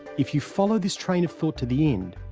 if you follow this train of thought to the end,